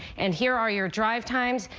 and here are your drive times.